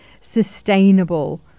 sustainable